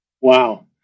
Wow